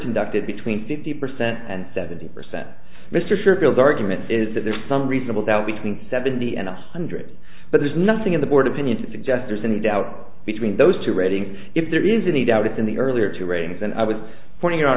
conducted between fifty percent and seventy percent mr fairfield argument is that there's some reasonable doubt between seventy and a hundred but there's nothing in the board opinion to suggest there's any doubt between those two readings if there is any doubt in the earlier two ratings than i was putting o